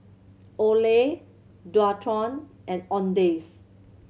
Olay Dualtron and Owndays